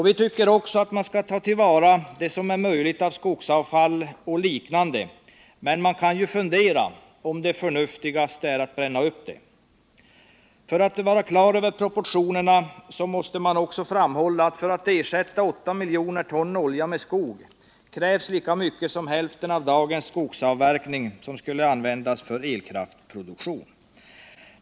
Vi tycker också att man skall ta till vara det som är möjligt av skogsavfall och liknande, men man kan ju fundera över om det förnuftigaste är att bränna upp det. För att man skall vara på det klara med proportionerna måste man ju också framhålla att för att ersätta 8 miljoner ton olja med skog krävs att lika mycket som hälften av dagens skogsavverkning används för elkraftsproduktion.